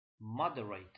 moderate